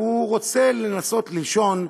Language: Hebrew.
והוא רוצה לנסות לישון,